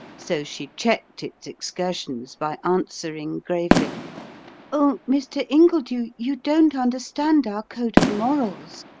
so she checked its excursions by answering gravely oh, mr. ingledew, you don't understand our code of morals.